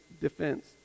defense